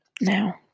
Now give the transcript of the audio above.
Now